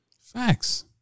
Facts